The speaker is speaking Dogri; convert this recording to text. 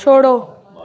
छोड़ो